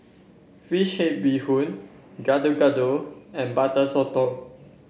fish head Bee Hoon Gado Gado and Butter Sotong